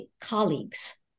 colleagues